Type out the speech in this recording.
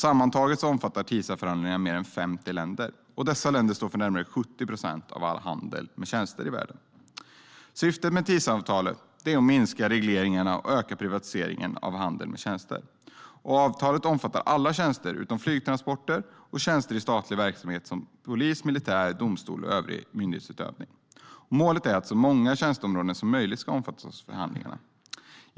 Sammantaget omfattar TISA-förhandlingarna mer än 50 länder. Dessa länder står för närmare 70 procent av all handel med tjänster i världen. Syftet med TISA-avtalet är att minska regleringen och öka privatiseringen av handeln med tjänster. Avtalet omfattar alla tjänster utom flygtransporter och tjänster i statlig verksamhet som polis, militär, domstolar och övrig myndighetsutövning. Målet är att så många tjänsteområden som möjligt ska omfattas av förhandlingarna.